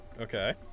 Okay